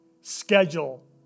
schedule